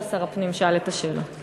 לא שר הפנים שאל את השאלות,